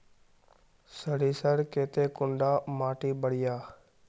सरीसर केते कुंडा माटी बढ़िया?